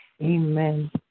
amen